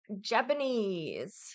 Japanese